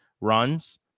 runs